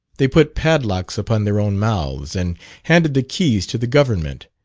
they put padlocks upon their own mouths, and handed the keys to the government.